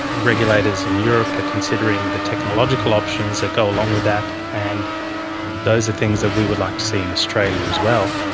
regulators in europe are considering the technological options that go along with that, and those are things that we would like to see in australia as well.